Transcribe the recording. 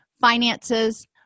finances